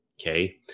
Okay